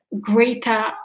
greater